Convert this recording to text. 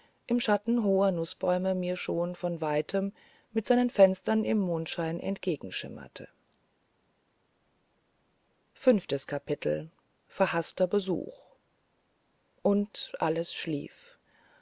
im schatten hoher nußbäume mir schon von weitem mit seinen fenstern im mondschein entgegenschimmerte und alles schlief